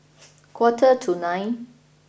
quarter to nine